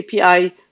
API